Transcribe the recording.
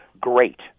great